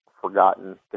forgotten